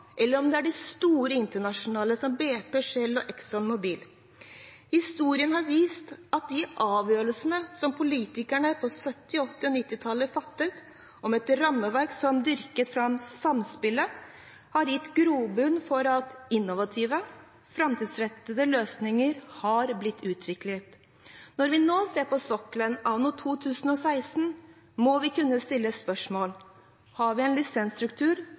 eller om det er de store internasjonale som BP, Shell og ExxonMobil. Historien har vist at de avgjørelsene som politikerne på 1970-, 1980- og 1990-tallet fattet om et rammeverk som dyrket fram samspillet, har gitt grobunn for at innovative framtidsrettede løsninger har blitt utviklet. Når vi nå ser på sokkelen anno 2016, må vi kunne stille spørsmålet: Har vi en lisensstruktur